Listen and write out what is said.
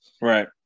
Right